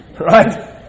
Right